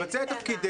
לבצע את תפקידנו,